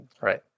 Right